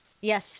yes